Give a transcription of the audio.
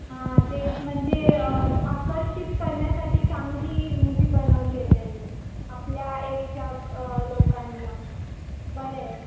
हां तेच म्हणजे आकर्षित करण्यासाठी चांगली मूवी बनवली आहे त्यांनी आपल्या एजच्या लोकांना बरं आहे